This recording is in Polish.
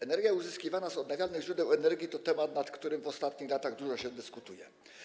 Energia uzyskiwana z odnawialnych źródeł energii to temat, na który w ostatnich latach dużo się dyskutuje.